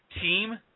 team